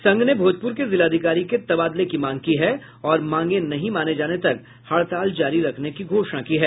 संघ ने भोजपुर के जिलाधिकारी के तबादले की मांग की है और मांगे नहीं माने जाने तक हड़ताल जारी रखने की घोषणा की है